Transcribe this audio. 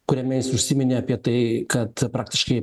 kuriame jis užsiminė apie tai kad praktiškai